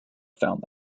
found